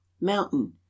Mountain